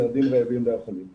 ילדים רעבים לא יכולים ללמוד.